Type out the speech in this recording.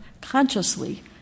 consciously